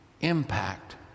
impact